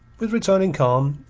with returning calm,